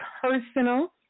personal